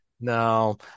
No